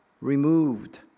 removed